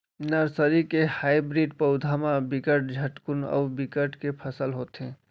nursery के hybrid पउधा म बिकट झटकुन अउ बिकट के फसल होथे